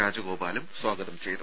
രാജഗോപാലും സ്വാഗതം ചെയ്തു